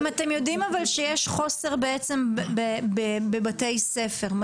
אם אתם יודעים אבל שיש חוסר בעצם בבתי ספר,